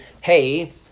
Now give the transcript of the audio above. hey